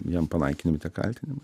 jam panaikinimai tie kaltinimai